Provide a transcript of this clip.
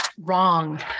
wrong